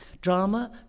drama